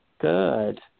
Good